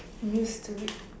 used to it